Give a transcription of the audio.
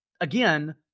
again